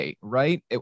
right